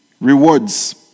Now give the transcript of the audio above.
rewards